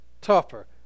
tougher